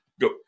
go –